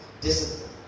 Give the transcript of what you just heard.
discipline